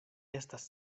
estas